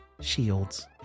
shields